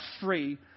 free